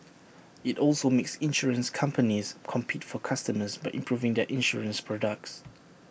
IT also makes insurance companies compete for customers by improving their insurance products